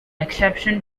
exception